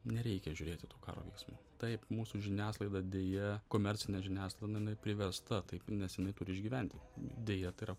nereikia žiūrėti tų karo veiksmų taip mūsų žiniasklaida deja komercinė žiniasklaida nu jinai priversta taip nes jinai turi išgyventi deja tai yra